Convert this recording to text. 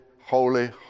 holy